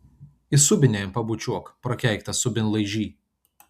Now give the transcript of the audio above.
į subinę jam pabučiuok prakeiktas subinlaižy